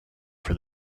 for